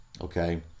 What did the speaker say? okay